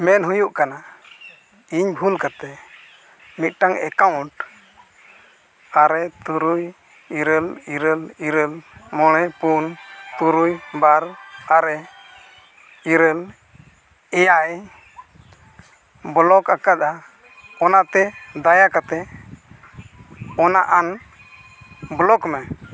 ᱢᱮᱱ ᱦᱩᱭᱩᱜ ᱠᱟᱱᱟ ᱤᱧ ᱵᱷᱩᱞ ᱠᱟᱛᱮᱫ ᱢᱤᱫᱴᱟᱱ ᱮᱠᱟᱣᱩᱱᱴ ᱟᱨᱮ ᱛᱩᱨᱩᱭ ᱤᱨᱟᱹᱞ ᱤᱨᱟᱹᱞ ᱤᱨᱟᱹᱞ ᱢᱚᱬᱮ ᱯᱩᱱ ᱛᱩᱨᱩᱭ ᱵᱟᱨ ᱟᱨᱮ ᱤᱨᱟᱹᱞ ᱮᱭᱟᱭ ᱵᱞᱚᱠ ᱟᱠᱟᱫᱟ ᱚᱱᱟᱛᱮ ᱫᱟᱭᱟ ᱠᱟᱛᱮᱫ ᱚᱱᱟ ᱟᱱᱵᱞᱚᱠ ᱢᱮ